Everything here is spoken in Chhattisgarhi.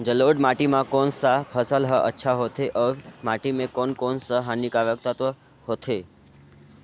जलोढ़ माटी मां कोन सा फसल ह अच्छा होथे अउर माटी म कोन कोन स हानिकारक तत्व होथे?